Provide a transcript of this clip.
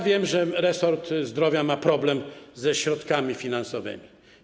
Wiem, że resort zdrowia ma problem ze środkami finansowymi.